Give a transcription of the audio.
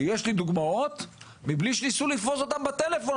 ויש לי דוגמאות בלי שניסו לתפוס אותם בטלפון.